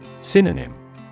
Synonym